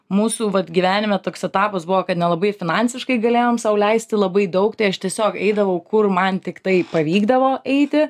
mūsų vat gyvenime toks etapas buvo kad nelabai finansiškai galėjom sau leisti labai daug tai aš tiesiog eidavau kur man tiktai pavykdavo eiti